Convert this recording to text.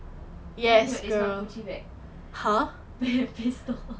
I saw this one gucci bag that have pastel